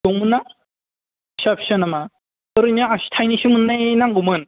दंमोन ना फिसा फिसा नामा ओरैनो आसि थाइनैसो मोननाय नांगौमोन